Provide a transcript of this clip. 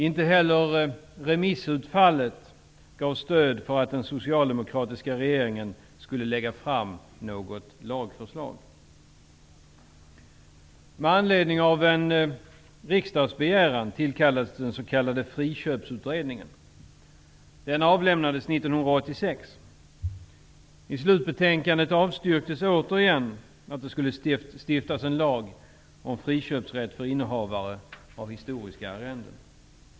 Inte heller remissutfallet gav stöd för att den socialdemokratiska regeringen skulle lägga fram något lagförslag.